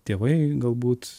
tėvai galbūt